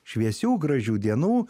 šviesių gražių dienų